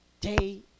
day